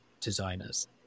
designers